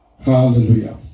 Hallelujah